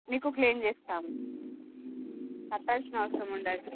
మీకు క్లైమ్ చేస్తాము కట్టాల్సిన అవసరం ఉండదు